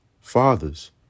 fathers